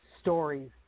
stories